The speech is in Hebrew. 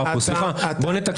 סליחה, בוא נתקן.